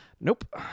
nope